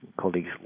colleagues